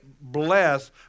bless